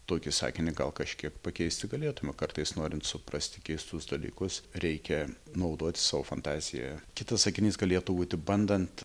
tokį sakinį gal kažkiek pakeisti galėtume kartais norint suprasti keistus dalykus reikia naudoti savo fantaziją kitas sakinys galėtų būti bandant